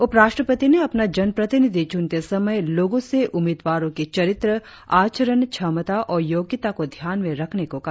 उप रास्ट्रपति ने अपना जन प्रतिनिधि चुनते समय लोगों से उम्मीदवारों के चरित्र आचरण क्षमता और योग्यता को ध्यान में रखने को कहा